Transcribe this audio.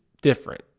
different